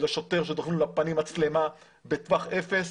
שדוחפים לפנים של השוטר מצלמה בטווח אפס?